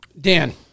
Dan